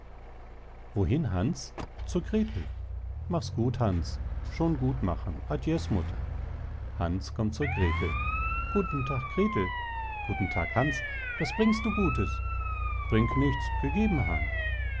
wohin hans zur grethel machs gut hans schon gut machen adies mutter hans kommt zur grethel guten tag grethel guten tag hans was bringst du gutes bring nichts gegeben han